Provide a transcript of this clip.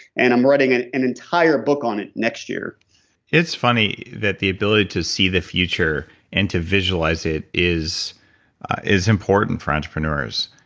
and i'm writing an an entire book on it next year it's funny that the ability to see the future and to visualize it is is important for entrepreneurs.